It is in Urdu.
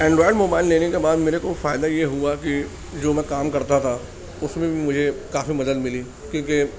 اینڈرائڈ موبائل لینے کے بعد میرے کو فائدہ یہ ہوا کہ جو میں کام کرتا تھا اس میں بھی مجھے کافی مدد ملی کیونکہ